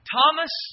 Thomas